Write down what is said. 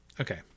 okay